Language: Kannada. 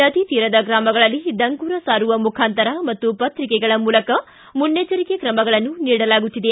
ನದಿ ತೀರದ ಗ್ರಮಗಳಲ್ಲಿ ಡಂಗುರ ಸಾರುವ ಮುಖಾಂತರ ಮತ್ತು ಪತ್ರಿಕೆಗಳ ಮೂಲಕ ಮುನ್ನೆಚ್ಚರಿಕೆ ತ್ರಮಗಳನ್ನು ನೀಡಲಾಗುತ್ತಿದೆ